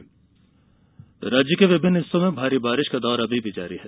मौसम राज्य के विभिन्न हिस्सो में भारी बारिश का दौर अभी भी जारी है